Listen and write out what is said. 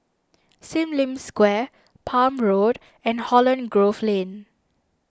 Sim Lim Square Palm Road and Holland Grove Lane